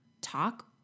talk